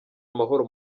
amahoro